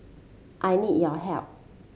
I need your help